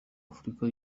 afurika